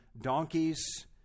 donkeys